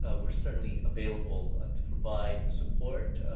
ah we're certainly available ah to provide support,